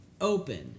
open